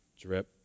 Drip